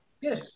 Yes